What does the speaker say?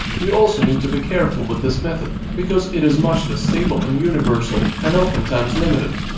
you also need to be careful with this method because it is much less stable and universal and oftentimes limited.